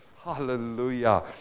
Hallelujah